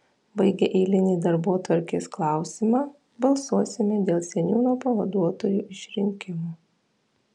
baigę eilinį darbotvarkės klausimą balsuosime dėl seniūno pavaduotojų išrinkimo